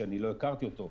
שאני לא הכרתי אותו,